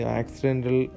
accidental